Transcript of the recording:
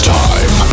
time